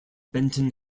benton